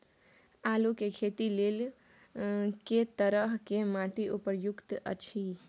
आलू के खेती लेल के तरह के माटी उपयुक्त अछि?